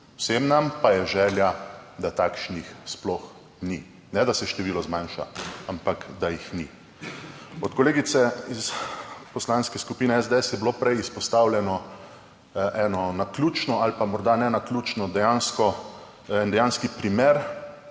Vsem nam pa je želja, da takšnih sploh ni. Ne da se število zmanjša, ampak da jih ni. Od kolegice iz Poslanske skupine SDS je bilo prej izpostavljeno eno naključno ali pa morda nenaključno, en dejanski primer